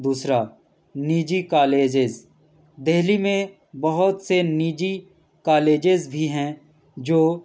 دوسرا نجی کالجیز دہلی میں بہت سے نجی کالجیز بھی ہیں جو